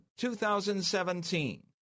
2017